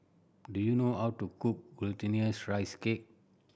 do you know how to cook Glutinous Rice Cake